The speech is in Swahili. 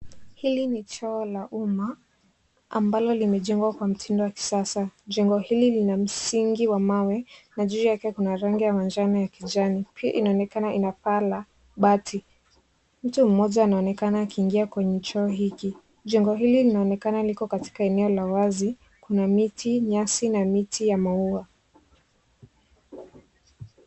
Hili ni choo la umma ambalo limejengwa kwa mtindo wa kisasa. Jengo hili lina msingi wa mawe na juu yake kuna rangi ya manjano na ya kijani. Pia inaonekana ina paa la bati. Mtu mmoja anaonekana akiingia kwenye choo hiki. Jengo hili linaonekana liko katika eneo la wazi kwenye miti, nyasi na miti ya maua.